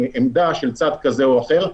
בעמדה של צד כזה או אחר,